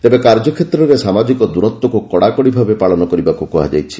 ତେବେ କାର୍ଯ୍ୟକ୍ଷେତ୍ରରେ ସାମାଜିକ ଦୂରତ୍ପକୁ କଡ଼ାକଡ଼ି ଭାବେ ପାଳନ କରିବାକୁ କୁହାଯାଇଛି